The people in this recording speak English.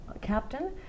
captain